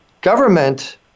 government